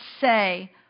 say